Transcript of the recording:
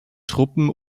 truppen